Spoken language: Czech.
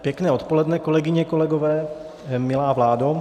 Pěkné odpoledne, kolegyně a kolegové, milá vládo.